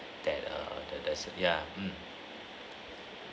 that err that's ya mm